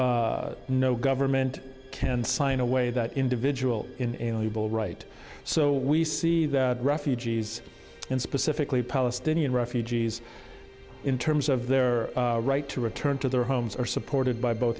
treaty no government can sign away that individual in the right so we see that refugees and specifically palestinian refugees in terms of their right to return to their homes are supported by bo